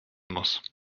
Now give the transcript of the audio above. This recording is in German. muss